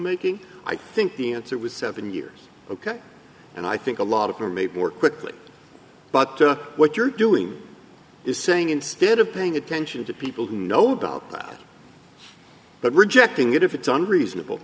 making i think the answer was seven years ok and i think a lot of where maybe more quickly but what you're doing is saying instead of paying attention to people who know that but rejecting it if it's unreasonable